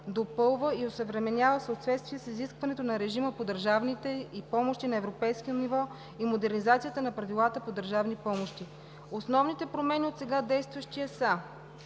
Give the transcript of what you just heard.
допълва и осъвременява в съответствие с изискването на режима по държавните и помощи на европейско ниво и модернизацията на правилата по държавни помощи. Основните промени от досега действащия са: